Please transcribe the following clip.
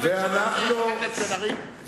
חברים,